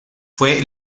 fue